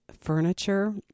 furniture